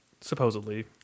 Supposedly